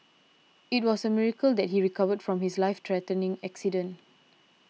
it was a miracle that he recovered from his life threatening accident